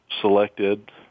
selected